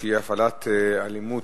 שהיא: הפעלת אלימות